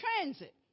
transit